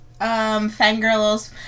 fangirls